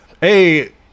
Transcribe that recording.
hey